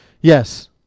Yes